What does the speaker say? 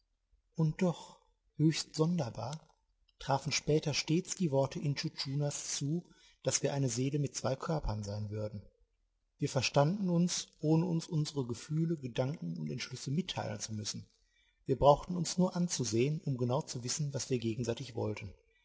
und doch höchst sonderbar trafen später stets die worte intschu tschunas zu daß wir eine seele mit zwei körpern sein würden wir verstanden uns ohne uns unsere gefühle gedanken und entschlüsse mitteilen zu müssen wir brauchten uns nur anzusehen um genau zu wissen was wir gegenseitig wollten